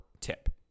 tip